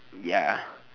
ya